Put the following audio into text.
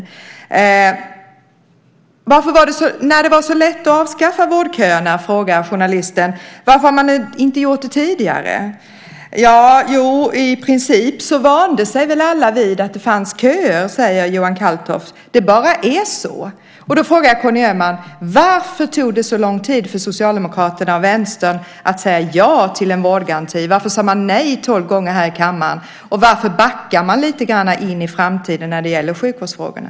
Journalisten frågar: När det var så lätt att avskaffa vårdköerna - varför har man då inte gjort det tidigare? Jo, i princip vande sig väl alla vid att det fanns köer, säger Johan Calltorp. Det bara är så! Jag frågar Conny Öhman: Varför tog det så lång tid för Socialdemokraterna och Vänstern att säga ja till en vårdgaranti? Varför sade man nej tolv gånger här i kammaren? Och varför backar man lite grann in i framtiden när det gäller sjukvårdsfrågorna?